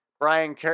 Brian